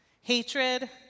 Hatred